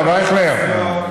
וכל הדברים האלה.